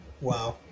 Wow